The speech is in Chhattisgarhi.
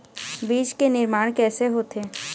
बीज के निर्माण कैसे होथे?